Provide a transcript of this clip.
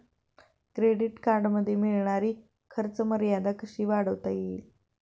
Credit कार्डमध्ये मिळणारी खर्च मर्यादा कशी वाढवता येईल?